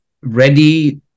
ready